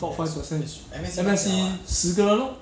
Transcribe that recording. top five percent M_S_E 十个人 lor